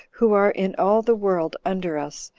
who are in all the world under us,